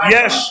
Yes